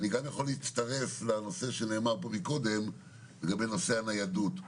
אני גם יכול להצטרף לנושא שדובר בו קודם לגבי נושא הניידות.